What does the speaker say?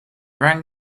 rang